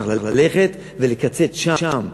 צריך ללכת ולקצץ שם,